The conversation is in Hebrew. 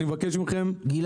אני מבקש מכם --- תודה, גלעד.